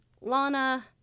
Lana